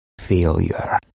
Failure